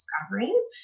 discovering